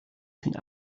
sind